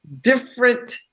Different